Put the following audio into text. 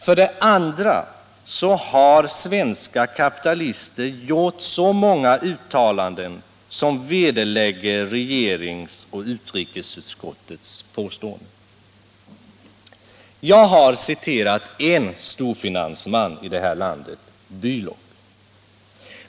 För det andra har svenska kapitalister gjort många uttalanden som vederlägger regeringens och utrikesutskottets påståenden. Jag har citerat en storfinansman i det här landet, Bylock.